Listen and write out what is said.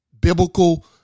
biblical